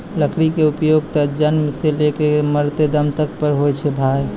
लकड़ी के उपयोग त जन्म सॅ लै करिकॅ मरते दम तक पर होय छै भाय